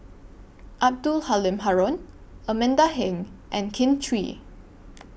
Abdul Halim Haron Amanda Heng and Kin Chui